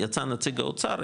יצא נציג האוצר,